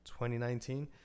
2019